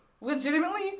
legitimately